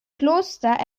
kloster